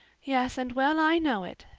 yes, and well i know it,